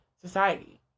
society